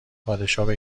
پادشاه